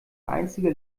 einzige